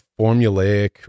formulaic